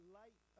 light